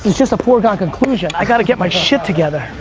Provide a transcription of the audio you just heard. just a foregone conclusion. i gotta get my shit together.